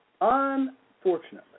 unfortunately